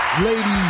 Ladies